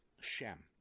Shem